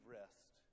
rest